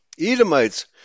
Edomites